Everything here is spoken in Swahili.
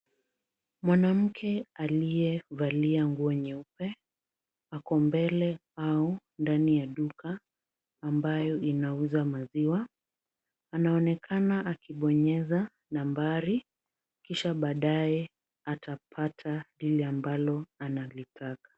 Mwanamke aliyevalia nguo nyeupe, ako mbele au ndani ya duka ambayo inauza maziwa. Anaonekana akibonyeza nambari, kisha baadaye atapata lile ambalo analitaka.